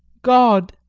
god!